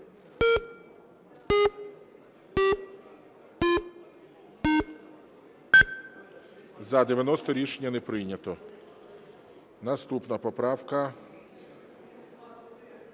За-90 Рішення не прийнято. Наступна поправка